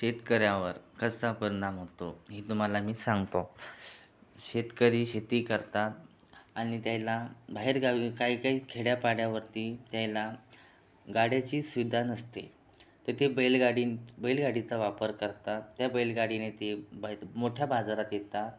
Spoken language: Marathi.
शेतकऱ्यावर कसा परिणाम होतो ही तुम्हाला मी सांगतो शेतकरी शेती करतात आणि तेह्ला बाहेरगावी काहीकाही खेड्यापाड्यावरती तेह्ला गाड्याची सुविधा नसते तर ते बैलगाडीन बैलगाडीचा वापर करतात त्या बैलगाडीने ते बाहेत मोठ्या बाजारात येता